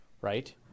right